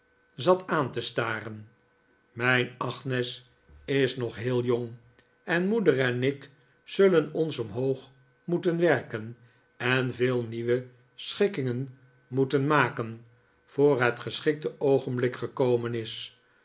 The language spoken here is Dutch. zat aan te staren mijn agnes is nog heel jong en moeder en ik zullen ons omhoog moeten werken en veel nieuwe schikkingen moeten maken voor het geschikte qogenblik gekomen is